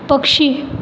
पक्षी